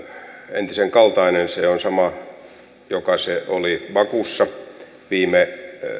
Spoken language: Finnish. entisen kaltainen se on sama joka se oli bakussa viime